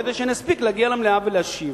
כדי שאספיק להגיע למליאה ולהשיב.